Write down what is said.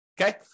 Okay